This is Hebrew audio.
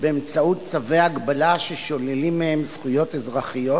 באמצעות צווי הגבלה ששוללים מהם זכויות אזרחיות,